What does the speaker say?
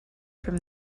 from